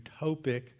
utopic